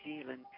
Zealand